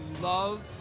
love